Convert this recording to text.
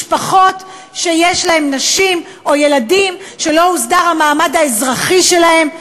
משפחות שיש בהן נשים או ילדים שלא הוסדר המעמד האזרחי שלהם,